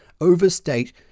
overstate